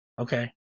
okay